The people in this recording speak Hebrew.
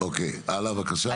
הלאה, בבקשה.